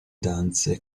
danze